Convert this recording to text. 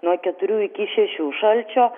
nuo keturių iki šešių šalčio